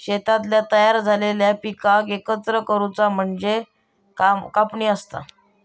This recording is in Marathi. शेतातल्या तयार झालेल्या पिकाक एकत्र करुचा काम म्हणजे कापणी असता